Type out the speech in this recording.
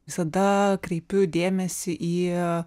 visada kreipiu dėmesį į